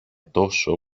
τόσο